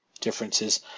differences